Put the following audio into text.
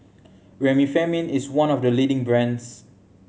Remifemin is one of the leading brands